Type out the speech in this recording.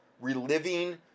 reliving